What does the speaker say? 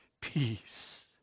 peace